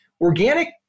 organic